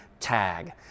tag